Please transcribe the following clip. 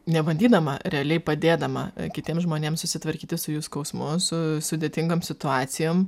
nebandydama realiai padėdama kitiem žmonėm susitvarkyti su jų skausmu su sudėtingom situacijom